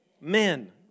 men